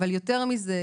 אבל יותר מזה,